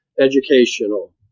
educational